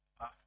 off